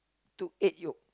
took egg yolk